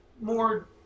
more